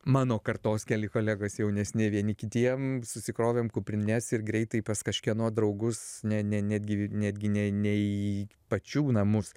mano kartos keli kolegos jaunesni vieni kitiem susikrovėm kuprines ir greitai pas kažkieno draugus ne ne netgi netgi ne ne į pačių namus